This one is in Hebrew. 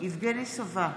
יבגני סובה,